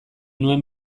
nuen